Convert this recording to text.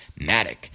Matic